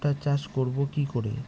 ভুট্টা চাষ করব কি করে?